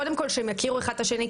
קודם כל, שיכירו אחד את השני.